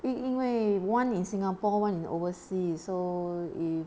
因因为 one in singapore one in overseas so if